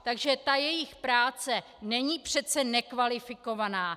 Takže jejich práce není přece nekvalifikovaná.